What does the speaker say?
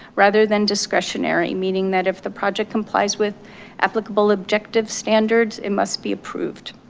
rather than discretionary meaning that if the project complies with applicable objective standards, it must be approved.